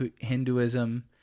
Hinduism